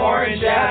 Orange